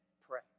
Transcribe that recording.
pray